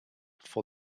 for